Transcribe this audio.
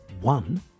one